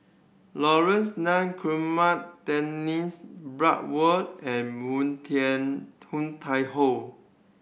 Laurence Nunn Guillemard Dennis Bloodworth and Moon Tian Hoon Tai Ho